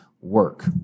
work